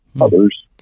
others